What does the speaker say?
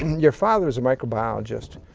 your father is a micro biologist,